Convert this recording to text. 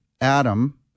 Adam